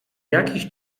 jakiś